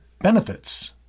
benefits